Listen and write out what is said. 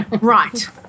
Right